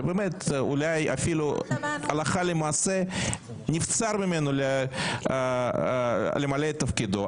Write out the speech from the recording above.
באמת אולי אפילו הלכה למעשה נבצר ממנו למלא את תפקידו,